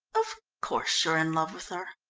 of course you're in love with her.